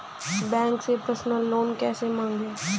Bank से personal loan कैसे मांगें?